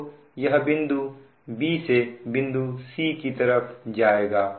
तो यह बिंदु b से बिंदु c की तरफ जाएगा